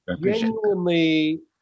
genuinely